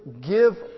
give